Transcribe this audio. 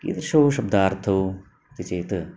कीदृशौ शब्दार्थौ इति चेत्